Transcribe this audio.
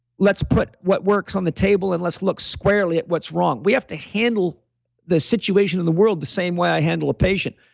let's put what works on the table and let's look squarely at what's wrong. we have to handle the situation in the world the same way i handle a patient.